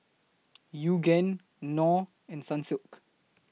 Yoogane Knorr and Sunsilk